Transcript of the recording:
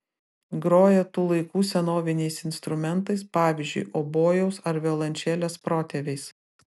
groja tų laikų senoviniais instrumentais pavyzdžiui obojaus ar violončelės protėviais